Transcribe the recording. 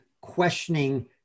questioning